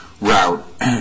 route